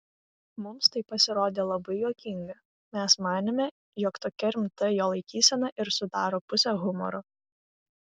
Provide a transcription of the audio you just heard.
mums tai pasirodė labai juokinga mes manėme jog tokia rimta jo laikysena ir sudaro pusę humoro